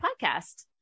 podcast